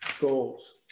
goals